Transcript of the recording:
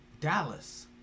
Dallas